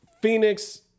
Phoenix